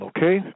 Okay